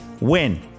Win